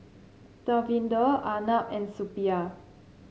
Davinder Arnab and Suppiah